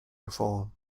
reform